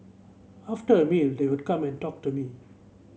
after a meal they would come and talk to me